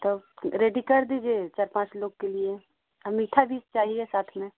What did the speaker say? तो रेडी का दीजिए चार पाँच लोग के लिए और मीठा भी चाहिए साथ में